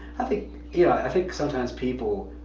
i think yeah, i think sometimes people.